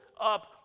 up